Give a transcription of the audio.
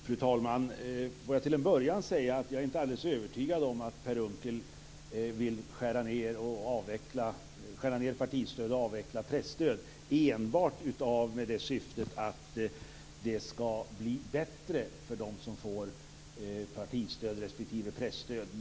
Fru talman! Får jag till en början säga att jag inte är alldeles övertygad om att Per Unckel vill skära ned partistödet och avveckla presstödet enbart med det syftet att det skall bli bättre för dem som får partistöd respektive presstöd.